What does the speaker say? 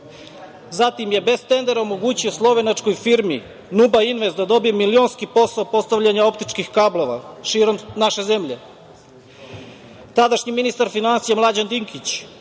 Zatim je bez tendera omogućio slovenačkoj firmi „Nuba invest“ da dobije milionski posao postavljanja optičkih kablova širom naše zemlje. Tadašnji ministar finansija Mlađan Dinkić